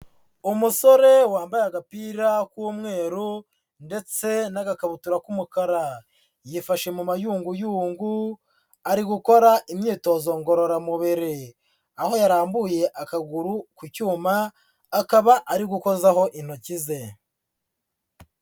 Umusore wambaye agapira k'umweru ndetse n'agakabutura k'umukara, yifashe mu mayunguyungu, ari gukora imyitozo ngororamubiri, aho yarambuye akaguru ku cyuma, akaba ari gukozaho intoki ze.